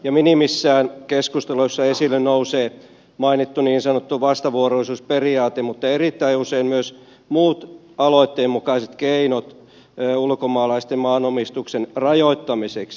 minimissään keskusteluissa esille nousee mainittu niin sanottu vastavuoroisuusperiaate mutta erittäin usein myös muut aloitteen mukaiset keinot ulkomaalaisten maanomistuksen rajoittamiseksi